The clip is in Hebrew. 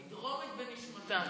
היא דרומית בנשמתה.